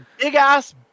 big-ass